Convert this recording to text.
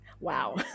wow